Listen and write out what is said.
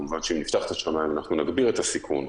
כמובן שכשנפתח את השמיים נגביר את הסיכון,